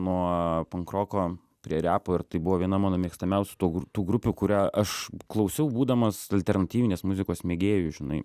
nuo pankroko prie repo ir tai buvo viena mano mėgstamiausių tų tų grupių kurią aš klausiau būdamas alternatyvinės muzikos mėgėju žinai